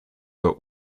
are